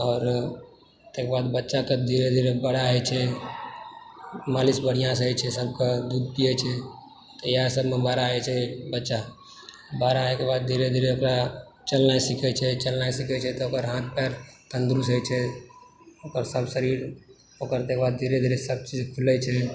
आओर तेकर बाद बच्चा तब धीरे धीरे बड़ा होइत छै मालिश बढ़िआँसँ होइत छै सबके दूध पिअए छै तऽ इएह सभमे बड़ा होइ छै बच्चा बड़ा होयके बाद धीरे धीरे ओकरा चलनाइ सिखय छै चलनाइ सिखय छै तऽ ओकर हाथ पैर तन्दुरुस्त होइ छै ओकर सभ शरीर ओकर तैंके बाद धीरे धीरे सभ चीज खुलय छै